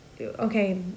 Okay